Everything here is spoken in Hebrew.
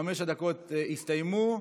חמש הדקות הסתיימו.